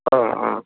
हा हा